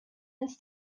ins